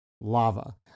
lava